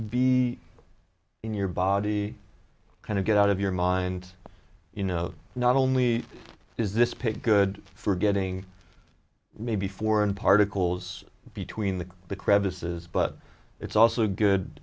be in your body kind of get out of your mind you know not only is this pick good for getting maybe four and particles between the crevices but it's also good